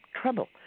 trouble